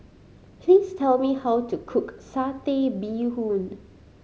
please tell me how to cook Satay Bee Hoon